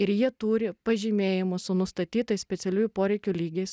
ir jie turi pažymėjimus su nustatytais specialiųjų poreikių lygiais